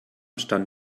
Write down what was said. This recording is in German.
stand